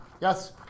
Yes